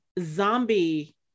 zombie